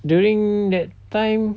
during that time